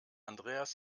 andreas